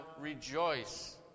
rejoice